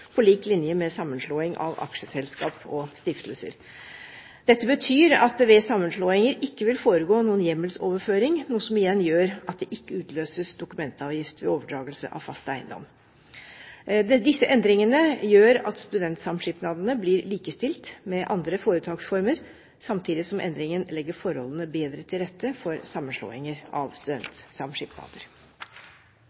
på lik linje med sammenslåing av aksjeselskap og stiftelser. Dette betyr at det ved sammenslåinger ikke vil foregå noen hjemmelsoverføring, noe som igjen gjør at det ikke utløses dokumentavgift ved overdragelse av fast eiendom. Disse endringene gjør at studentsamskipnadene blir likestilt med andre foretaksformer, samtidig som endringen legger forholdene bedre til rette for sammenslåinger av